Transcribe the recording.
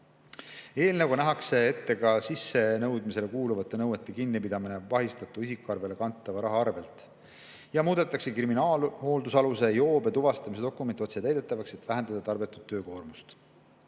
Eelnõuga nähakse ette ka sissenõudmisele kuuluvate nõuete kinnipidamine vahistatu isikuarvele kantava raha arvelt ja muudetakse kriminaalhooldusaluse joobe tuvastamise dokument otsetäidetavaks, et vähendada tarbetut töökoormust.